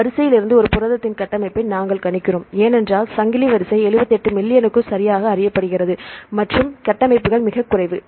வரிசையிலிருந்து ஒரு புரதத்தின் கட்டமைப்பை நாங்கள் கணிக்கிறோம் ஏனென்றால் சங்கிலி வரிசை 78 மில்லியனுக்கு சரியாக அறியப்படுகிறது மற்றும் கட்டமைப்புகள் மிகக் குறைவு